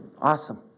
Awesome